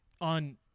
on